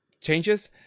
changes